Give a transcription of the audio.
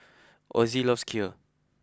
Osie loves Kheer